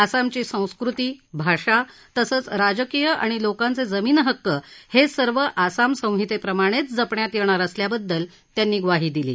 आसामची संस्कृती भाषा तसंच राजकीय आणि लोकांचे जमीन हक्क हे सर्व आसाम संहितेप्रमाणेच जपण्यात येणार असल्याबद्दल त्यांनी ग्वाही दिली आहे